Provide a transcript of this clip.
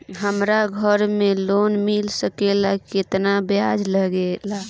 हमरा घर के लोन मिल सकेला केतना ब्याज लागेला?